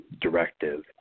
directive